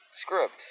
script